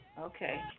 Okay